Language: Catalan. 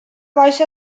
baixa